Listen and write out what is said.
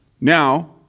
Now